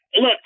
Look